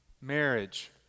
marriage